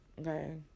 Okay